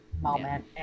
moment